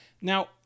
Now